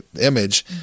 image